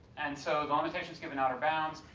and so the limitations give an outer bounds.